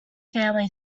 family